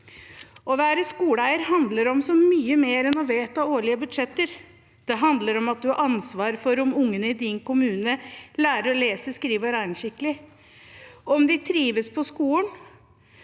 Å være skoleeier handler om så mye mer enn å vedta årlige budsjetter. Det handler om at en har ansvar for at ungene i kommunen lærer å lese, skrive og regne skikkelig, for at de trives på skolen,